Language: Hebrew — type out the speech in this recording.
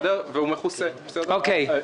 כאשר מישהו צריך עזרה ראשונה דחופה הוא חייב לחייג,